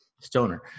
Stoner